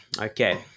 okay